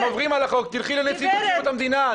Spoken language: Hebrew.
אם עוברים על החוק תלכי לנציבות שירות המדינה,